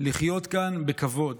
לחיות כאן בכבוד.